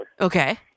Okay